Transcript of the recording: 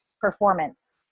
performance